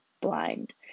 blind